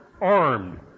armed